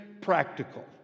practical